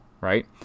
right